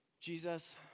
Jesus